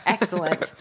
Excellent